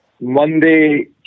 Monday